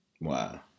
Wow